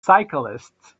cyclists